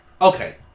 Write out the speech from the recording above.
Okay